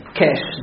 cash